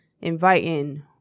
inviting